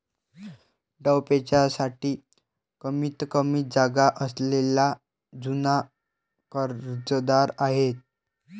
डावपेचांसाठी कमीतकमी जागा असलेला जुना कर्जदार आहे